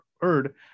heard